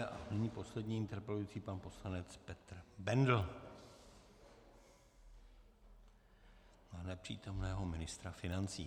A nyní poslední interpelující pan poslanec Petr Bendl na nepřítomného ministra financí.